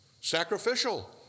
sacrificial